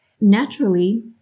naturally